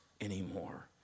anymore